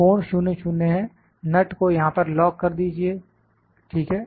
कोण 00 है नट को यहां पर लॉक कर दीजिए ठीक है